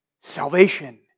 Salvation